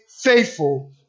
faithful